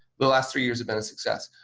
the last three years had been a success.